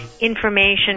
information